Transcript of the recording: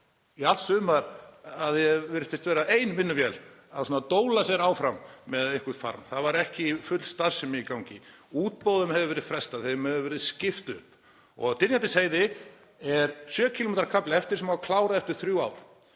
í allt sumar verið að því er virtist ein vinnuvél að dóla sér með einhvern farm. Það var ekki full starfsemi í gangi. Útboðum hefur verið frestað, þeim hefur verið skipt upp. Á Dynjandisheiði er 7 km kafli eftir sem á að klára eftir þrjú ár.